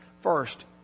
First